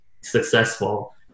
successful